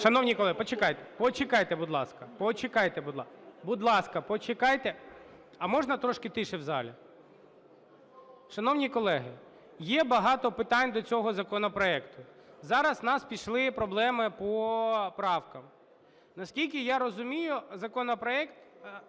ласка, почекайте! А можна трошки тиші в залі? Шановні колеги, є багато питань до цього законопроекту. Зараз в нас пішли проблеми по правкам. Наскільки я розумію, законопроект,